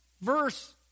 verse